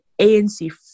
ANC